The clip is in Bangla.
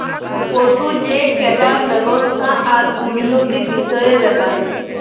পশু যে কল্যাল ব্যাবস্থা আর উল্লতির বিষয়ের ব্যাপার